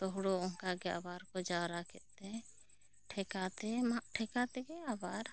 ᱦᱳᱲᱳ ᱚᱱᱠᱟ ᱜᱮ ᱟᱵᱟᱨ ᱠᱚ ᱡᱟᱣᱨᱟ ᱠᱮᱫ ᱛᱮ ᱴᱷᱮᱠᱟ ᱛᱮ ᱢᱟᱜ ᱴᱷᱮᱠᱟ ᱛᱮᱜᱮ ᱟᱵᱟᱨ